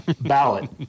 ballot